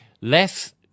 Less